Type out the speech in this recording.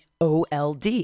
OLD